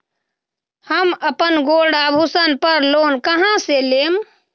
हम अपन गोल्ड आभूषण पर लोन कहां से लेम?